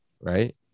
right